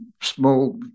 small